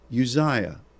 Uzziah